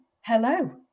Hello